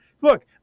look